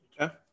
Okay